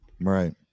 right